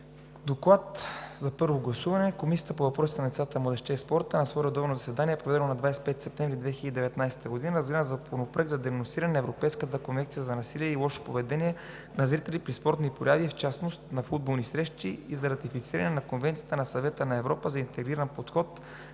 „ДОКЛАД за първо гласуване Комисията по въпросите на децата, младежта и спорта на свое редовно заседание, проведено на 25 септември 2019 г., разгледа Законопроект за денонсиране на Европейската конвенция за насилието и лошото поведение на зрители при спортни прояви и в частност на футболни срещи и за ратифициране на Конвенцията на Съвета на Европа за интегриран подход